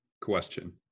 question